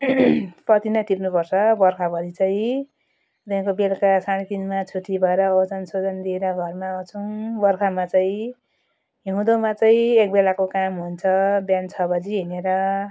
पत्ती नै टिप्नुपर्छ बर्खाभरि चाहिँ त्यहाँदेखिको बेलुका साढे तिनमा छुट्टी भएर ओजनसोजन दिएर घरमा आउँछौँ बर्खामा चाहिँ हिउँदोमा चाहिँ एक बेलाको काम हुन्छ बिहान छ बजी हिँडेर